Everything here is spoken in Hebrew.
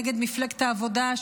נגד מפלגת העבודה,